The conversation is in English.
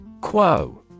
Quo